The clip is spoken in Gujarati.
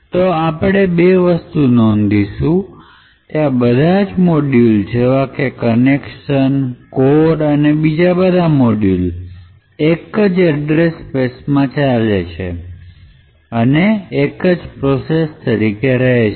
હવે આપણે ૨ વસ્તુ નોંધિશું તે આ બધા જ મોડ્યુલ જેવા કે કનેક્શન કોર અને બીજા બધા મોડયુલ એક એડ્રેસ સ્પેસ માં ચાલશે અને એક જ પ્રોસેસ તરીકે રહેશે